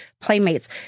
playmates